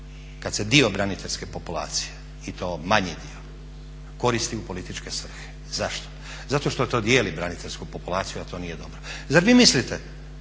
kad se dio braniteljske populacije i to manji dio koristi u političke svrhe. Zašto? Zato što to dijeli braniteljsku populaciju a to nije dobro. Zar vi mislite